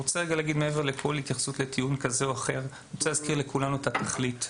מעבר לכל התייחסות לטיעון כזה או אחר אני רוצה להזכיר לכולנו את התכלית,